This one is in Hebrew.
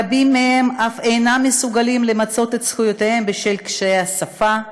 רבים מהם אף אינם מסוגלים למצות את זכויותיהם בשל קשיי שפה,